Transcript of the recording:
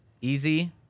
easy